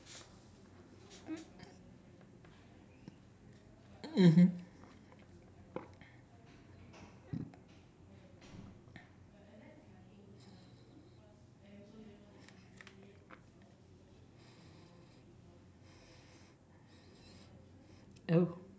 mmhmm oh